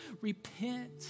repent